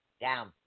Down